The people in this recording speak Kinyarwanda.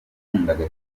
nakundaga